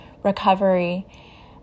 recovery